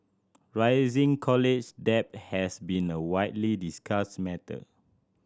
college debt has been a widely discussed matter